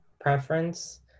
preference